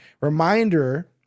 Reminder